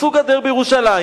עשו גדר בירושלים,